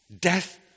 death